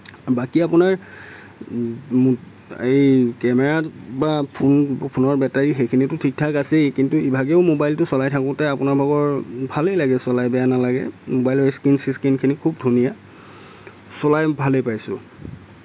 বাকী আপোনাৰ এই কেমেৰা বা ফোন ফোনৰ বেটাৰী সেইখিনিটো ঠিক ঠাক আছেই কিন্তু ইভাগেও ম'বাইলটো চলাই থাকোঁতে আপোনাৰ ভাগৰ ভালেই লাগে চলাই বেয়া নালাগে ম'বাইলৰ স্কিন চিস্কিনখিনি খুব ধুনীয়া চলাই ভালেই পাইছোঁ